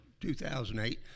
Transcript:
2008